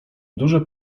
duże